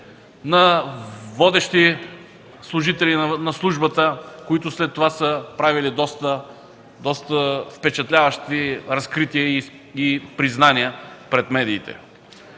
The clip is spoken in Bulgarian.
на водещи служители на службата, които след това са правили доста впечатляващи разкрития и признания пред медиите.